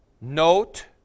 Note